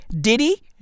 Diddy